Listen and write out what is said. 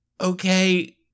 okay